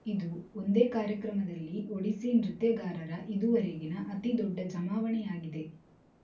ಇದು ಒಂದೇ ಕಾರ್ಯಕ್ರಮದಲ್ಲಿ ಒಡಿಸ್ಸಿ ನೃತ್ಯಗಾರರ ಇದುವರೆಗಿನ ಅತಿ ದೊಡ್ಡ ಜಮಾವಣೆಯಾಗಿದೆ